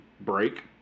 break